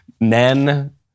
men